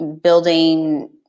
building